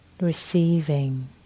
Receiving